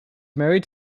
married